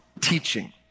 teaching